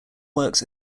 works